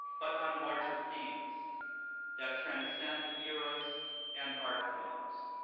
but on larger themes that transcend eras and art forms.